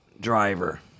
Driver